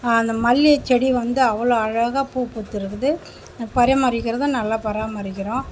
அந்த மல்லிகை செடி வந்து அவ்வளோ அழகாக பூ பூத்துயிருக்குது பரிமரிக்கிறதும் நல்லா பராமரிக்கிறோம்